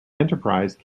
enterprise